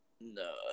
No